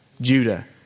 Judah